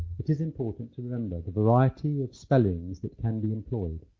it is important to remember the variety of spellings that can be employed.